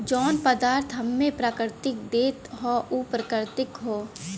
जौन पदार्थ हम्मे प्रकृति देत हौ उ प्राकृतिक हौ